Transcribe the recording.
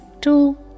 two